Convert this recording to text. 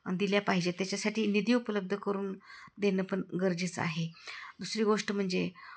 दिल्या पाहिजेत त्याच्यासाठी निधी उपलब्ध करून देणं पण गरजेचं आहे दुसरी गोष्ट म्हणजे